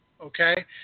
Okay